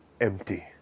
empty